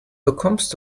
bekommst